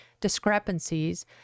discrepancies